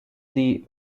sie